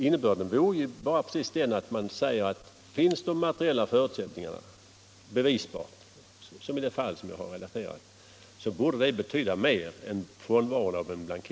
Innebörden vore ju bara den att finns bevisbart de materiella förutsättningarna — som i det fall jag har relaterat — så borde det betyda mer än frånvaron av en blankett.